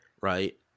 right